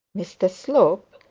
mr slope,